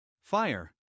Fire